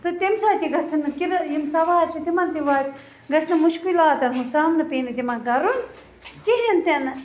تہٕ تَمۍ سۭتۍ تہِ گَژھن نہٕ کِرِ یِم سَوارِ چھِ تِمَن تہِ واتہِ گَژھِ نہٕ مُشکِلاتَن ہُنٛد سامنہٕ پینہٕ تِمَن کَرُن کِہیٖنۍ تہِ نہٕ